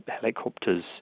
helicopters